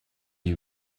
you